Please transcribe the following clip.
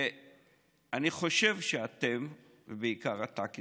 אני חושב שאתם, ובעיקר אתה, כי